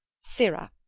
sirrah,